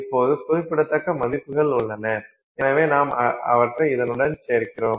இப்போது குறிப்பிடத்தக்க மதிப்புகள் உள்ளன எனவே நாம் அவற்றைச் இதனுடன் சேர்க்கிறோம்